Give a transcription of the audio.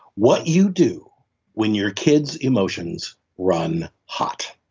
what you do when your kid's emotions run hot,